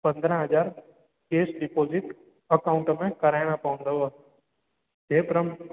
पंद्रहं हज़ार cash deposit account में कराइणा पवंदव हे प्रम